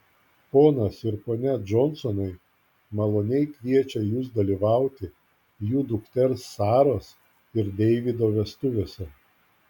ponas ir ponia džonsonai maloniai kviečia jus dalyvauti jų dukters saros ir deivido vestuvėse